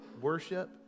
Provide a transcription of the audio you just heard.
worship